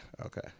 Okay